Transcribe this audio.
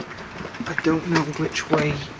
like don't know which way